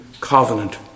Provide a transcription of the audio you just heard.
covenant